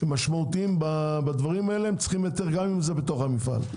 משמעותיים בדברים האלה צריכים היתר גם אם זה בתוך המפעל.